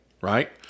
right